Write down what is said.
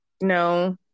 no